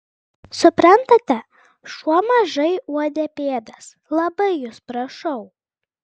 suprantate šuo mažai uodė pėdas labai jus prašau